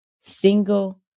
single